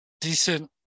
decent